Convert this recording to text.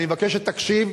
אני מבקש שתקשיב,